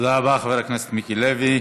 תודה רבה לחבר הכנסת מיקי לוי.